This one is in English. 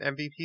MVP